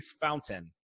Fountain